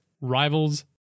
rivals